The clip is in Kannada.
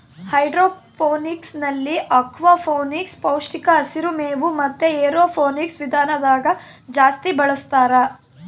ಹೈಡ್ರೋಫೋನಿಕ್ಸ್ನಲ್ಲಿ ಅಕ್ವಾಫೋನಿಕ್ಸ್, ಪೌಷ್ಟಿಕ ಹಸಿರು ಮೇವು ಮತೆ ಏರೋಫೋನಿಕ್ಸ್ ವಿಧಾನದಾಗ ಜಾಸ್ತಿ ಬಳಸ್ತಾರ